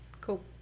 cool